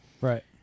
Right